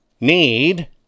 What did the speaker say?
need